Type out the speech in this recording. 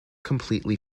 completely